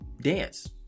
dance